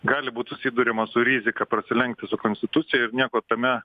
gali būti susiduriama su rizika prasilenkti su konstitucija ir nieko tame